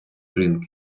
ринки